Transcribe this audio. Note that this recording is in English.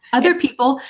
other people,